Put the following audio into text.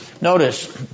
Notice